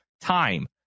time